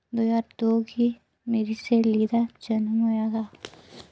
दो ज्हार दो गी मेरी स्हेली दा जन्म होएआ हा